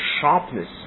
sharpness